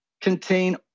contain